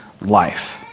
life